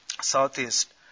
Southeast